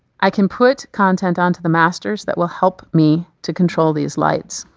i can put content onto the masters that will help me to control these lights.